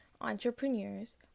entrepreneurs